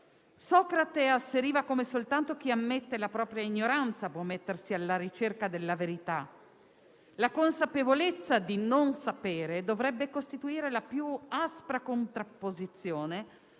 Socrate asseriva come soltanto chi ammette la propria ignoranza può mettersi alla ricerca della verità. La consapevolezza di non sapere dovrebbe costituire la più aspra contrapposizione